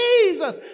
Jesus